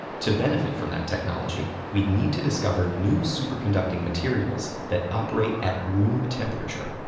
to benefit from that technology, we'd need to discover new superconducting materials that operate at room temperature.